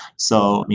so,